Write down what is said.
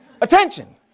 Attention